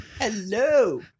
Hello